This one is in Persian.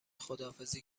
خداحافظی